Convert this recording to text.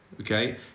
okay